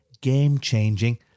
game-changing